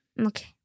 okay